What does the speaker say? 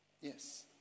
yes